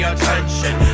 attention